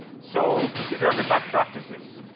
so these are the best practices.